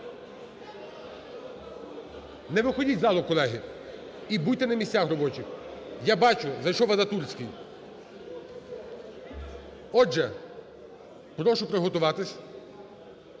Не виходіть з залу, колеги, і будьте на місцях робочих. Я бачу, зайшов Вадатурський. Отже, прошу приготуватися.